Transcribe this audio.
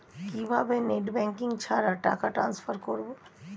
কিভাবে net banking ছাড়া টাকা টান্সফার করব?